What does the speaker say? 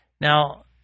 Now